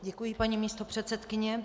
Děkuji, paní místopředsedkyně.